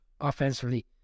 offensively